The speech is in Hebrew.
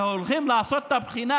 הם הרי הולכים לעשות את הבחינה